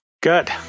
Good